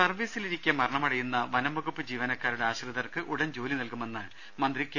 സർവ്വീസിലിരിക്കേ മരണമടയുന്ന വനം വകുപ്പ് ജീവനക്കാരുടെ ആശ്രിതർക്ക് ഉടൻ ജോലിനൽകുമെന്ന് മന്ത്രി കെ